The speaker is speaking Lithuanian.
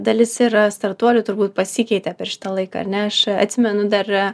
dalis yra startuolių turbūt pasikeitė per šitą laiką ar ne aš atsimenu dar